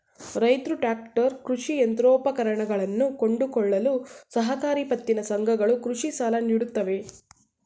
ರೈತ್ರು ಟ್ರ್ಯಾಕ್ಟರ್, ಕೃಷಿ ಯಂತ್ರೋಪಕರಣಗಳನ್ನು ಕೊಂಡುಕೊಳ್ಳಲು ಸಹಕಾರಿ ಪತ್ತಿನ ಸಂಘಗಳು ಕೃಷಿ ಸಾಲ ನೀಡುತ್ತವೆ